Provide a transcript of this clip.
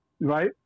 Right